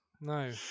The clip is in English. No